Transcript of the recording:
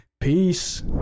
peace